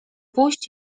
pójść